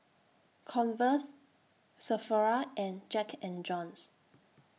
Converse Sephora and Jack and Jones